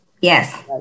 Yes